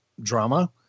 drama